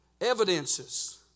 Evidences